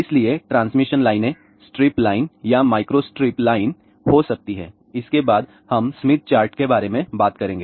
इसलिए ट्रांसमिशन लाइनें strip line या माइक्रोस्ट्रिप लाइन हो सकती हैं इसके बाद हम स्मिथ चार्ट के बारे में बात करेंगे